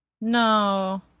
No